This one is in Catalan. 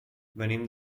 venim